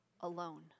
alone